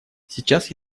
сейчас